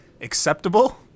acceptable